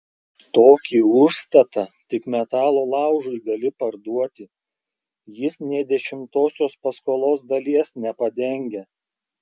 tokį užstatą tik metalo laužui gali parduoti jis nė dešimtosios paskolos dalies nepadengia